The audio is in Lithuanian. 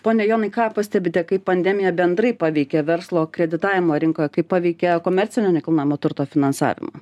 pone jonai ką pastebite kaip pandemija bendrai paveikė verslo kreditavimo rinkoje kaip paveikė komercinio nekilnojamo turto finansavimą